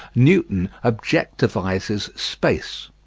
newton objectivises space.